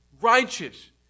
Righteous